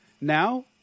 Now